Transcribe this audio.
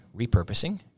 repurposing